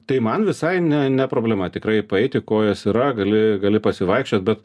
tai man visai ne ne problema tikrai paeiti kojos yra gali gali pasivaikščiot bet